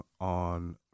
on